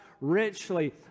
richly